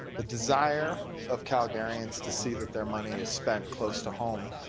the desire of calgarians to see that their money is spent close to home.